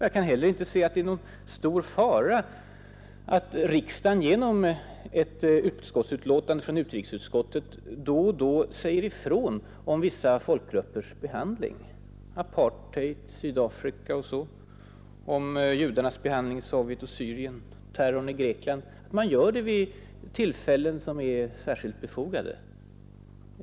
Jag kan heller inte se att det är någon fara i att riksdagen genom betänkanden från utrikesutskottet då och då säger ifrån om vissa folkgruppers behandling: apartheid, Sydafrika, judarnas behandling i Sovjet och Syrien, terrorn i Grekland. Man gör det vid tillfällen när det är särskilt befogat.